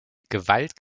gewalt